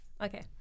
Okay